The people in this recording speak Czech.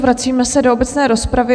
Vracíme se do obecné rozpravy.